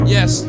Yes